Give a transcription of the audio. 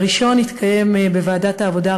הראשון התקיים בוועדת העבודה,